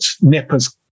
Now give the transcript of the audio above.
Nipper's